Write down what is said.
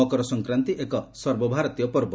ମକର ସଂକ୍ରାନ୍ତି ଏକ ସର୍ବଭାରତୀୟ ପର୍ବ